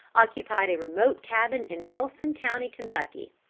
occupied a remote cabin in nelson county, kentucky.